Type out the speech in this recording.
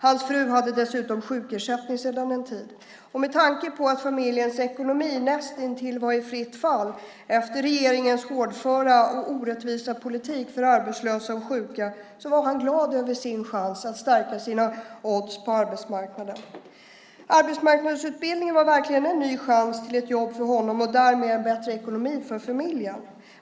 Hans fru hade dessutom sjukersättning sedan en tid tillbaka, och med tanke på att familjens ekonomi näst intill var i fritt fall efter regeringens hårdföra och orättvisa politik för arbetslösa och sjuka var han glad över sin chans att stärka sina odds på arbetsmarknaden. Arbetsmarknadsutbildningen var verkligen en ny chans till jobb för honom och därmed bättre ekonomi för familjen.